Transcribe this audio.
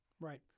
Right